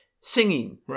singing